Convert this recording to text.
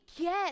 get